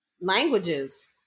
languages